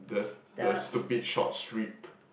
the the stupid short strip